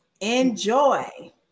enjoy